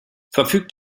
verfügt